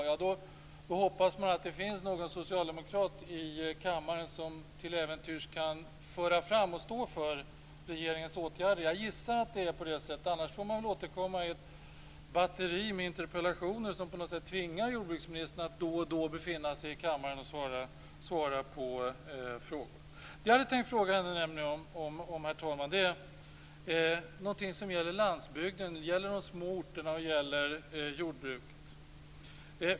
Ja, då hoppas man att det finns någon socialdemokrat i kammaren som till äventyrs kan föra fram och stå för regeringens åtgärder. Jag gissar att det är på det sättet, annars får jag återkomma i ett batteri med interpellationer som på något sätt tvingar jordbruksministern att då och då befinna sig i kammaren för att svara på frågor. Herr talman! Det som jag hade tänkt fråga jordbruksministern om är någonting som gäller landsbygden, de små orterna och jordbruket.